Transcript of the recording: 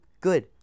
good